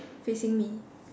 facing me